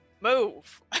move